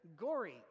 Gory